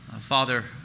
Father